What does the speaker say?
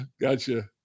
Gotcha